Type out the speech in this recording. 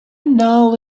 null